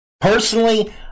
Personally